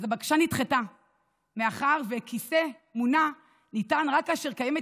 אז הבקשה נדחתה מאחר שכיסא מונע ניתן רק כאשר קיימת